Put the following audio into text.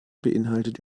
beeinhaltet